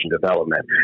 development